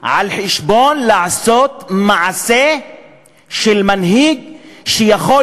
על חשבון עשיית מעשה של מנהיג שיכול